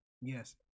Yes